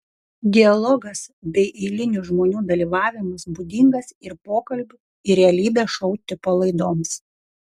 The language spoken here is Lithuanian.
dialogas bei eilinių žmonių dalyvavimas būdingas ir pokalbių ir realybės šou tipo laidoms